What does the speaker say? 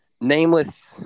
nameless